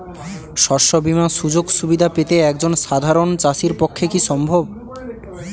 শস্য বীমার সুযোগ সুবিধা পেতে একজন সাধারন চাষির পক্ষে কি সম্ভব?